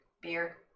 beer